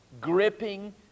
gripping